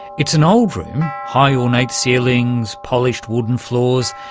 it's an old room, high ornate ceilings, polished wooden floors,